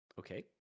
Okay